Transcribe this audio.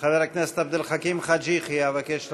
חבר כנסת עבד אל חכים חאג' יחיא, אבקש לשבת.